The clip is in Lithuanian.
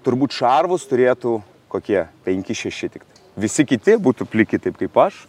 turbūt šarvus turėtų kokie penki šeši tiktai visi kiti būtų plikyti taip kaip aš